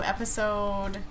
Episode